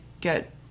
get